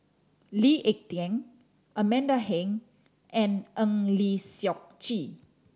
Lee Ek Tieng Amanda Heng and Eng Lee Seok Chee